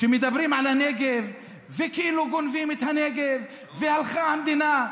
כשמדברים על הנגב וכאילו גונבים את הנגב והלכה המדינה,